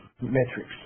metrics